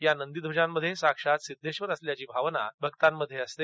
या नंदीध्वजामध्ये साक्षात सिद्वेश्वर असल्याची भावना भक्तांमध्ये असते